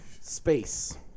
Space